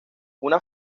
una